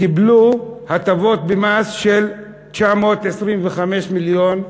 קיבלו הטבות במס של 925 מיליון,